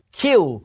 kill